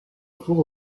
cours